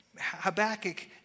Habakkuk